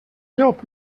llop